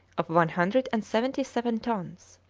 of one hundred and seventy-seven tons.